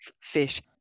fish